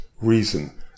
reason